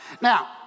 Now